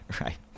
Right